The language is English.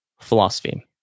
philosophy